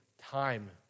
time